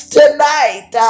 tonight